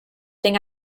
thing